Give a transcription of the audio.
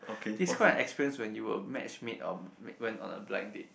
describe an experience when you were match made or went on a blind date